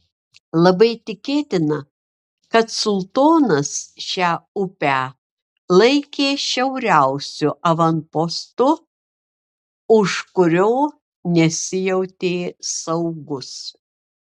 labai tikėtina kad sultonas šią upę laikė šiauriausiu avanpostu už kurio nesijautė saugus